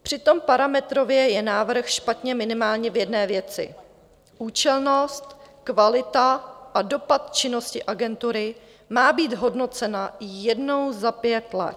Přitom parametrově je návrh špatně minimálně v jedné věci účelnost, kvalita a dopad činnosti Agentury mají být hodnoceny jednou za pět let.